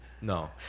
No